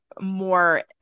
more